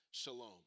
Shalom